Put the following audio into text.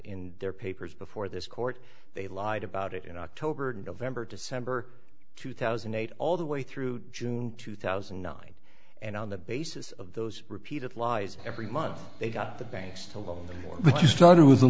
in their papers before this court they lied about it in october november december two thousand and eight all the way through june two thousand and nine and on the basis of those repeated lies every month they got the banks